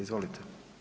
Izvolite.